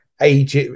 age